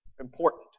important